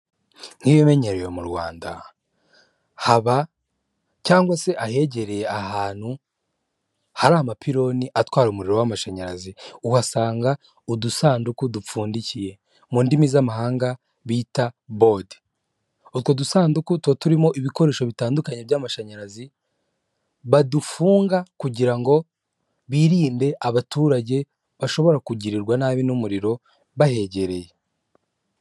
Nk'ibimenyerewe mu Rwanda, haba cyangwa se ahegereye ahantu hari amapironi atwara umuriro w'amashanyarazi. Uhasanga udusanduku dupfundikiye, mu ndimi z'amahanga bita bodi. Utwo dusanduku tuba turimo ibikoresho bitandukanye by'amashanyarazi, badufunga kugira ngo birinde abaturage bashobora kugirirwa nabi n'umuriro bahegereye.